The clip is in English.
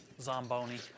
Zamboni